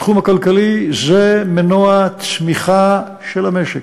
בתחום הכלכלי זה מנוע צמיחה של המשק.